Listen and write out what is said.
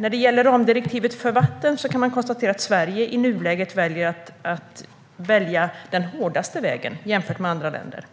När det gäller implementeringen av vattendirektivet kan man konstatera att Sverige i nuläget väljer den hårdaste vägen, hårdare än andra länder.